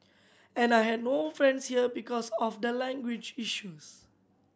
and I had no friends here because of the language issues